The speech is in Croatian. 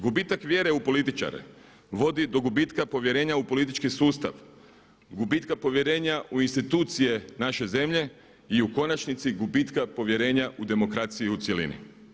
Gubitak vjere u političare, vodi do gubitka povjerenja u politički sustav, gubitka povjerenja u institucije naše zemlje i u konačnici gubitka povjerenja u demokraciju u cjelini.